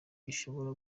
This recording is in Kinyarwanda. gishobora